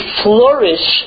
flourish